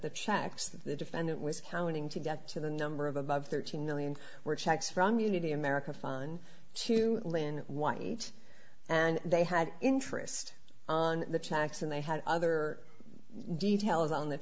that the defendant was counting to get to the number of about thirteen million were checks from unity america fine to lyn white and they had interest on the tax and they had other details on th